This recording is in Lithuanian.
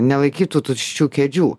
nelaikyt tų tuščių kėdžių